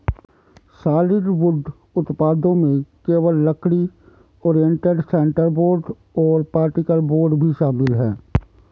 solid wood उत्पादों में केवल लकड़ी, ओरिएंटेड स्ट्रैंड बोर्ड और पार्टिकल बोर्ड भी शामिल है